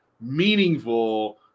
meaningful